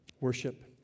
worship